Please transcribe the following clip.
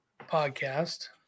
podcast